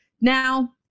Now